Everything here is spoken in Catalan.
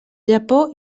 japó